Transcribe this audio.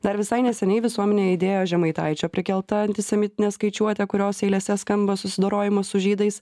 dar visai neseniai visuomenėj aidėjo žemaitaičio prikelta antisemitinė skaičiuotė kurios eilėse skamba susidorojimas su žydais